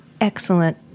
excellent